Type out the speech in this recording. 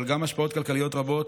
אבל גם השפעות כלכליות רבות,